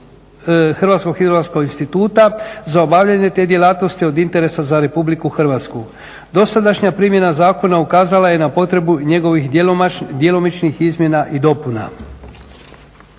Hrvatskog hidrografskog instituta za obavljanje te djelatnosti od interesa za RH. Dosadašnja primjena zakona ukazala je na potrebu njegovih djelomičnih izmjena i dopuna.